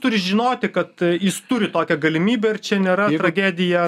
turi žinoti kad jis turi tokią galimybę ir čia nėra tragedija